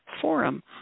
forum